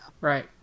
Right